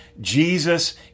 Jesus